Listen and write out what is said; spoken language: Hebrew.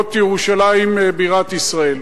בהיות ירושלים בירת ישראל.